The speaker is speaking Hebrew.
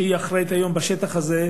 שהיא האחראית בשטח הזה,